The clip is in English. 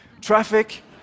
Traffic